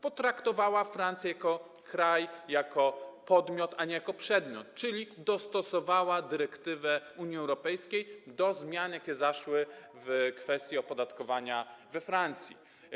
Potraktowała Francję jako kraj, jako podmiot, a nie jako przedmiot: dostosowała dyrektywę Unii Europejskiej do zmian, jakie zaszły w kwestii opodatkowania we Francji.